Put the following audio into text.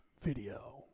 video